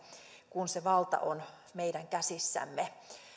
kun se valta on meidän käsissämme